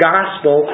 Gospel